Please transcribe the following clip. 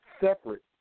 Separate